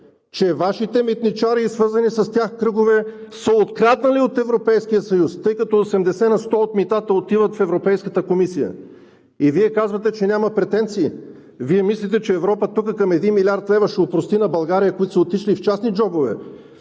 Че Вашите митничари и свързаните с тях кръгове са откраднали от Европейския съюз, тъй като 80 на сто от митата отиват в Европейската комисия. И Вие казвате, че няма претенции! Вие мислите, че Европа ще опрости на България към един милиард лева, които са отишли в частни джобове?!